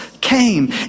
came